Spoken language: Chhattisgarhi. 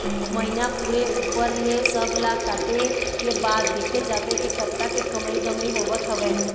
महिना पूरे ऊपर ले सब ला काटे के बाद देखे जाथे के कतका के कमई धमई होवत हवय